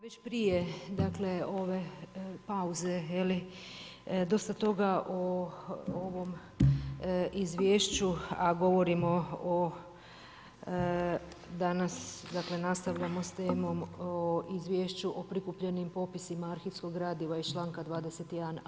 već prije ove pauze dosta toga o ovom izvješću, a govorimo o danas dakle nastavljamo s temom o izvješću o prikupljenim popisima arhivskog gradiva iz članka 21.